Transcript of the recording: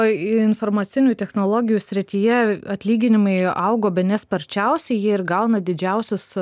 informacinių technologijų srityje atlyginimai augo bene sparčiausiai jie ir gauna didžiausius